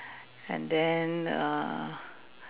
and then err